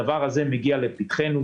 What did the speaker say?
הדבר הזה מגיע לפתחנו.